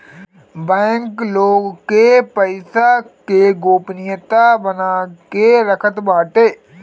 bank लोग के पईसा के गोपनीयता बना के रखत बाटे